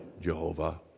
Jehovah